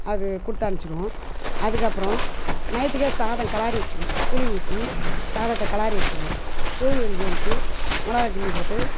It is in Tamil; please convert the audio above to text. அது கொடுத்தனுப்பிச்சிடுவோம் அதுக்கப்புறம் நைட்டுக்கே சாதம் கிளரி வச்சிக்குவோம் புளி ஊற்றி சாதத்தை கிளரி வச்சிக்குவோம் பொழுது விடிஞ்சு ஏந்திருச்சி மிளகா கிள்ளி போட்டு